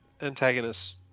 antagonist